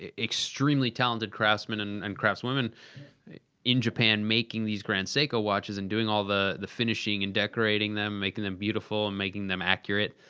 ah extremely talented craftsmen and and craftswomen in japan making these grand seiko watches. and doing all the the finishing, and decorating them, making them beautiful and making them accurate.